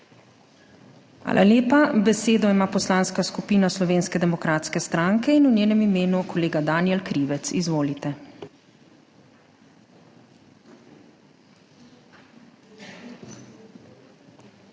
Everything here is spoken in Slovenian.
Hvala lepa. Besedo ima Poslanska skupina Slovenske demokratske stranke in v njenem imenu kolega Danijel Krivec. Izvolite. DANIJEL